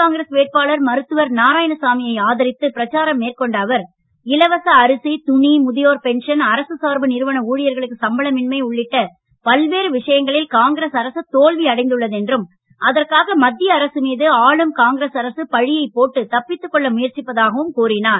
காங்கிரஸ் வேட்பாளர் மருத்துவர் நாராயணசாமியை ஆதரித்து பிரச்சாரம் மேற்கொண்ட அவர் இலவச அரிசி துணி முதியோர் பென்ஷன் அரசு சார்பு நிறுவன ஊழியர்களுக்கு சம்பளமின்மை உள்ளிட்ட பல்வேறு விஷயங்களில் காங்கிரஸ் அரசு தோல்வி அடைந்துள்ளது என்றும் அதற்காக மத்திய அரசு மீது ஆளும் காங்கிரஸ் அரசு பழியை போட்டு தப்பித்துக் கொள்ள முயற்சிப்பதாகவும் அவர் கூறினார்